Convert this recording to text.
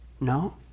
No